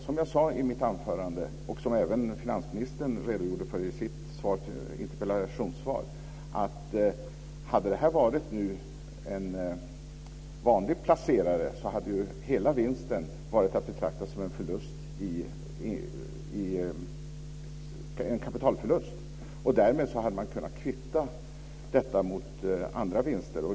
Som jag sade i mitt anförande och som även finansministern redogjorde för i sitt interpellationssvar är det så att hade det varit fråga om en vanlig placerare hade hela vinsten varit att betrakta som en kapitalförlust. Därmed hade man kunnat kvitta detta mot andra vinster.